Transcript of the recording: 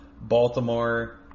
Baltimore